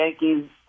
Yankees